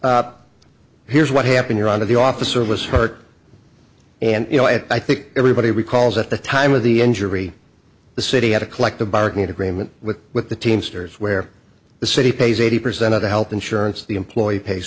that here's what happened your honor the officer was hurt and you know it i think everybody recalls at the time of the injury the city had a collective bargaining agreement with with the teamsters where the city pays eighty percent of the health insurance the employee pays